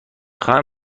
خواهم